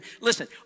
Listen